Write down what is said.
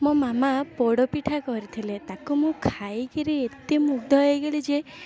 ମୋ ମାମା ପୋଡ଼ପିଠା କରିଥିଲେ ତାକୁ ମୁଁ ଖାଇକିରି ଏତେ ମୁଗ୍ଧ ହେଇଗଲି ଯେ